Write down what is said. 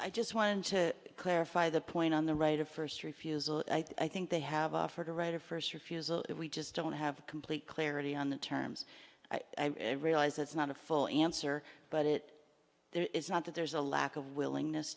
i just wanted to clarify the point on the right of first refusal i think they have offered a right of first refusal if we just don't have complete clarity on the terms i realize it's not a full answer but it there is not that there's a lack of willingness